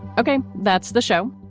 ok. that's the show.